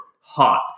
hot